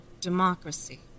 democracy